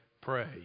pray